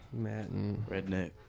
Redneck